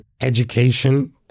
education